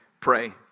pray